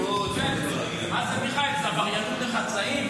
מיכאל, זה עבריינות בחצאים?